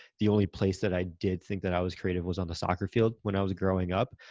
the only place that i did think that i was creative was on the soccer field when i was growing up.